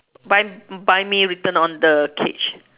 bu~ buy me written on the cage